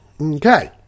Okay